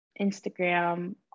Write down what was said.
Instagram